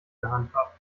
gehandhabt